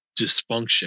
dysfunction